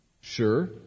Sure